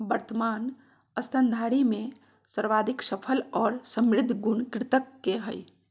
वर्तमान स्तनधारी में सर्वाधिक सफल और समृद्ध गण कृंतक के हइ